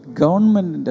government